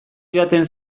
joaten